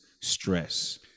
stress